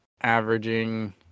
averaging